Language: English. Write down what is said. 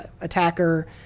attacker